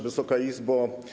Wysoka Izbo!